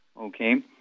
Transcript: okay